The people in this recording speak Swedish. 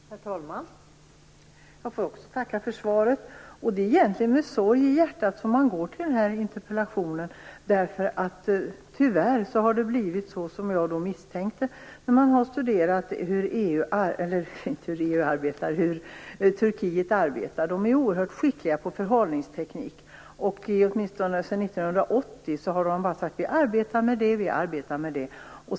Herr talman! Jag får också tacka för svaret. Det är egentligen med sorg i hjärtat som jag går till den här interpellationsdebatten. Tyvärr har det blivit som jag misstänkt när jag har studerat hur Turkiet arbetar. Man är oerhört skicklig på förhalningsteknik. Åtminstone sedan 1980 har man sagt: Vi arbetar med detta.